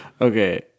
Okay